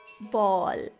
Ball